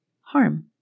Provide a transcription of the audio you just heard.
harm